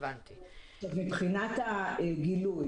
מבחינת הגילוי,